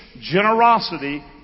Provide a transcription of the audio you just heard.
generosity